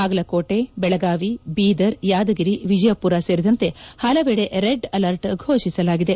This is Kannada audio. ಬಾಗಲಕೋಟೆ ಬೆಳಗಾವಿ ಬೀದರ್ ಯಾದಗಿರಿ ವಿಜಯಮರ ಸೇರಿದಂತೆ ಪಲವೆಡೆ ರೆಡ್ ಅಲರ್ಟ್ ಘೋಷಿಸಲಾಗಿದೆ